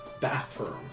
bathroom